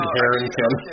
Harrington